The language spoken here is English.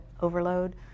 overload